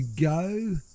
go